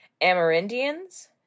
Amerindians